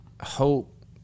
hope